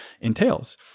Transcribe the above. entails